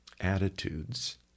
attitudes